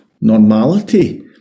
normality